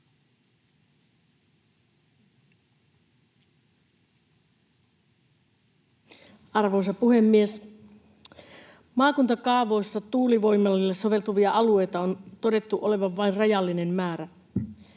Arvoisa puhemies! Maakuntakaavoissa tuulivoimaloille soveltuvia alueita on todettu olevan vain rajallinen määrä.